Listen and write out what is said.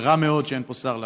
ורע מאוד שאין פה שר להשיב.